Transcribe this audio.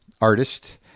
artist